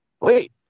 Wait